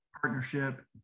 partnership